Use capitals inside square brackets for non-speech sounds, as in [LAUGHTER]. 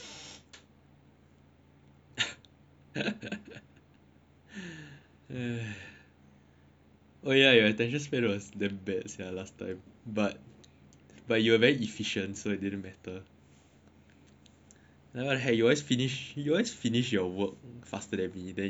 [LAUGHS] oh yeah your attention span was damn bad sia lah last time but but you're very efficient so it didn't matter what the hell you always finish you always finish you always finish your work faster than me then you just keep asking to play half stone